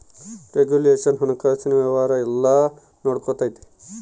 regulation ಹಣಕಾಸಿನ ವ್ಯವಹಾರ ಎಲ್ಲ ನೊಡ್ಕೆಂತತೆ